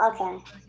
okay